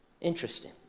Interesting